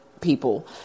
people